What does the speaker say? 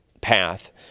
path